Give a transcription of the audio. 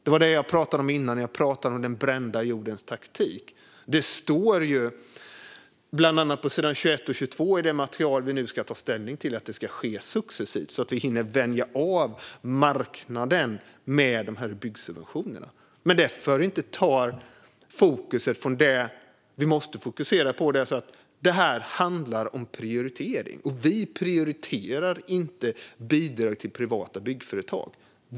Det var det som jag talade om tidigare när jag talade om den brända jordens taktik. Det står bland på s. 21-22 i betänkandet att det ska ske successivt, så att marknaden hinner vänja sig av med dessa byggsubventioner. Men det får inte ta fokus från det som vi måste fokusera på, nämligen att detta handlar om prioritering. Och vi prioriterar inte bidrag till privata byggföretag.